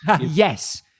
Yes